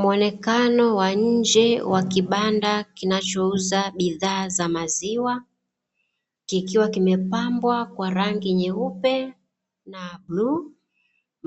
Muonekano wa nje wa kibanda kinachouza bidhaa za maziwa kikiwa kimepambwa kwa rangi nyeupe na bluu,